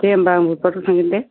दे होमबा आं बुधबाराव थांगोन दे